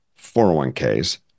401ks